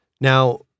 Now